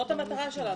זאת המטרה שלנו.